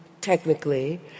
technically